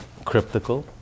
cryptical